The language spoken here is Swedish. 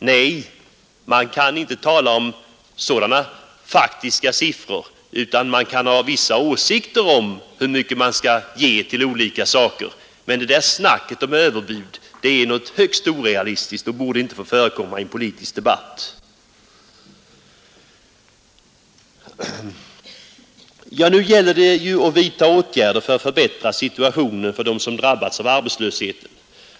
Nej, man kan inte tala om sådana faktiska siffror, utan man kan ha vissa åsikter om hur mycket man skall ge till olika saker, och det där snacket om överbud är något högst orealistiskt och borde inte få förekomma i en politisk debatt. Nu gäller det emellertid att wvidtaga åtgärder för att förbättra situationen för dem som drabbats av arbetslösheten.